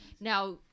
now